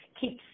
keeps